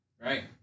Right